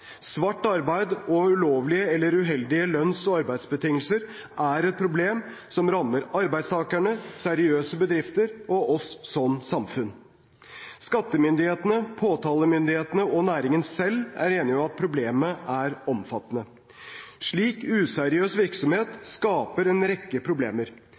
Svart arbeid og ulovlige eller uheldige lønns- og arbeidsbetingelser er problem som rammer arbeidstakerne, seriøse bedrifter og oss som samfunn. Skattemyndighetene, påtalemyndighetene og næringen selv er enige om at problemet er omfattende. Slik useriøs virksomhet skaper en rekke problemer.